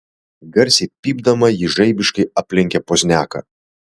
garsiai pypdama ji žaibiškai aplenkė pozniaką